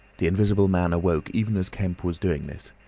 the invisible man awoke even as kemp was doing this.